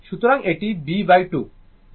সুতরাং এটি b2